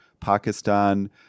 Pakistan